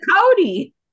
Cody